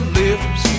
lips